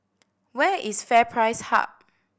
where is FairPrice Hub